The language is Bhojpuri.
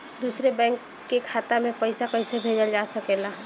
दूसरे बैंक के खाता में पइसा कइसे भेजल जा सके ला?